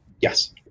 Yes